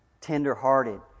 tender-hearted